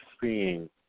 seeing